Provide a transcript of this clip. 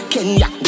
Kenya